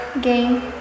game